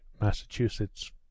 massachusetts